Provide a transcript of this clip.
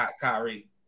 Kyrie